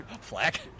flack